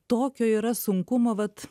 tokio yra sunkumo vat